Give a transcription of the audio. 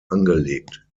angelegt